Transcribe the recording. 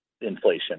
inflation